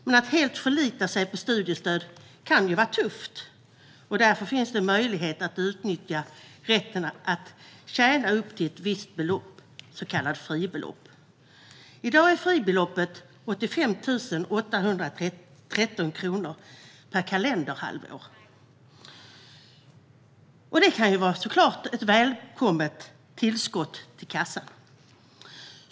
Men att helt förlita sig på studiestöd kan vara tufft, och därför finns det möjlighet att utnyttja rätten till att tjäna upp till ett visst belopp, det så kallade fribeloppet. I dag är fribeloppet 85 813 kronor per kalenderhalvår, och det kan såklart vara ett välbehövligt tillskott till kassan.